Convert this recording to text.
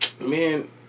man